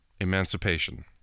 Emancipation